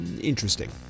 interesting